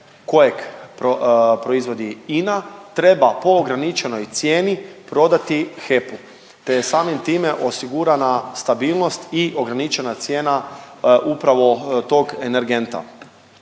kojeg proizvodi INA treba po ograničenoj cijeni prodati HEP-u te je samim time osigurana stabilnost i ograničena cijena upravo tog energenta.